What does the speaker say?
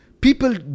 people